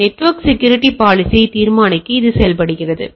எனவே network security பாலிசியை தீர்மானிக்க இது செயல்படுகிறது